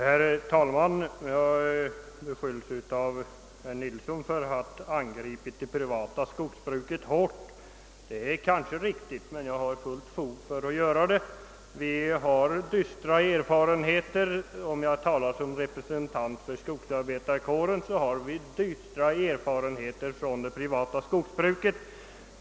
Herr talman! Jag beskylls av herr Nilsson i Tvärålund för att ha angripit det privata skogsbruket hårt. Det är kanske riktigt, men i så fall har jag fullt fog för att göra det. Som representant för skogsarbetarkåren kan jag intyga, att vi har dystra erfarenheter från det privata skogsbruket.